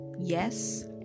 yes